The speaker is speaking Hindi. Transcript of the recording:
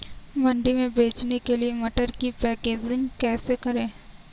मंडी में बेचने के लिए मटर की पैकेजिंग कैसे करें?